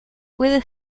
puede